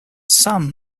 some